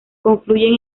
confluyen